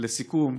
לסיכום,